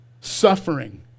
Suffering